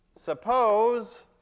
Suppose